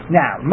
now